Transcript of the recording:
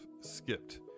skipped